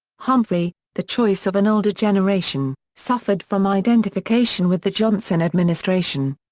humphrey, the choice of an older generation, suffered from identification with the johnson administration.